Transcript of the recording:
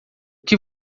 que